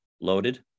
Loaded